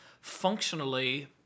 functionally